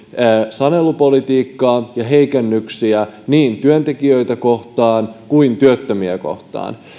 sanelupolitiikkaa ja heikennyksiä niin työntekijöitä kohtaan kuin työttömiä kohtaan